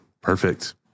perfect